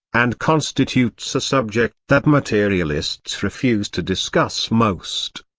and constitutes a subject that materialists refuse to discuss most.